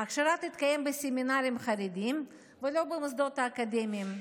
ההכשרה תתקיים בסמינרים חרדיים ולא במוסדות האקדמיים.